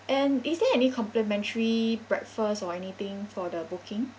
and is there any complimentary breakfast or anything for the booking